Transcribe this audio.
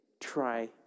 try